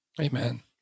Amen